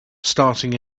starting